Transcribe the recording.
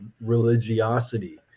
religiosity